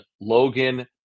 Logan